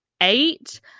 Eight